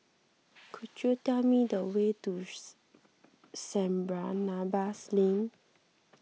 could you tell me the way to Saint Barnabas Lane